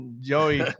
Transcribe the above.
Joey